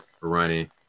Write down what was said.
running